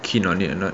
keen on it or not